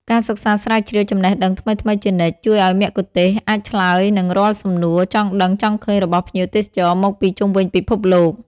ការសិក្សាស្រាវជ្រាវចំណេះដឹងថ្មីៗជានិច្ច ជួយឱ្យមគ្គុទ្ទេសក៍អាចឆ្លើយនឹងរាល់សំណួរចង់ដឹងចង់ឃើញរបស់ភ្ញៀវទេសចរមកពីជុំវិញពិភពលោក។